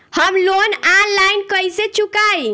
हम loan online कइसे चुकाई?